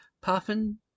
Puffin